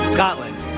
Scotland